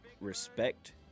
respect